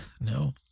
No